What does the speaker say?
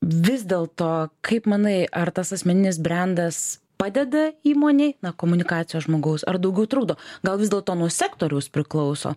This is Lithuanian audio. vis dėl to kaip manai ar tas asmeninis brendas padeda įmonei na komunikacijos žmogaus ar daugiau trukdo gal vis dėlto nuo sektoriaus priklauso